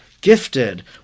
gifted